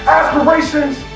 aspirations